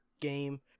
game